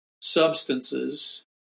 substances